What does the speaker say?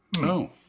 No